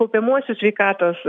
kaupiamuosius sveikatos